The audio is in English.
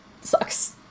sucks